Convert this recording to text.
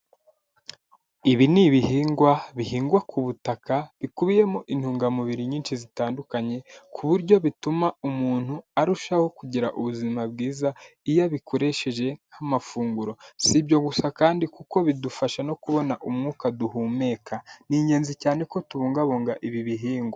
Ibi ni ibihingwa bihingwa ku butaka bikubiyemo intungamubiri nyinshi zitandukanye ku buryo bituma umuntu arushaho kugira ubuzima bwiza, iyo abikoresheje nk'amafunguro. Si ibyo gusa kandi kuko bidufasha no kubona umwuka duhumeka. Ni ingenzi cyane ko tubungabunga ibi bihingwa.